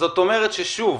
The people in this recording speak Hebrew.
זה אומר, שוב,